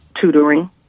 tutoring